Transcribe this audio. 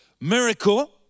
miracle